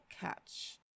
catch